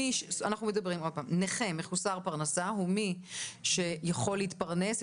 כלומר נכה מחוסר פרנסה הוא מי שיכול להתפרנס,